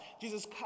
Jesus